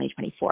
2024